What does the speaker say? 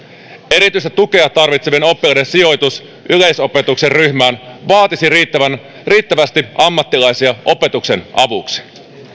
erityistä tukea tarvitsevien oppilaiden sijoitus yleisopetuksen ryhmään vaatisi riittävästi ammattilaisia opetuksen avuksi